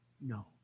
no